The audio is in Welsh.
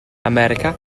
america